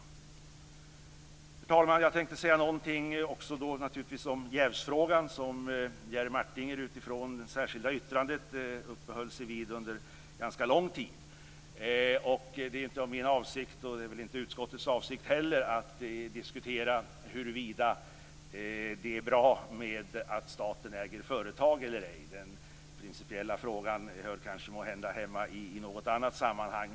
Herr talman! Jag tänkte naturligtvis också säga någonting om jävsfrågan, som Jerry Martinger utifrån det särskilda yttrandet uppehöll sig vid under ganska lång tid. Det är inte min avsikt, och inte utskottets heller, att diskutera huruvida det är bra att staten äger företag eller ej. Den principiella frågan hör måhända hemma i något annat sammanhang.